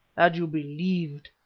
had you believed,